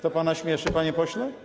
To pana śmieszy, panie pośle?